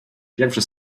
pierwszy